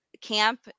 camp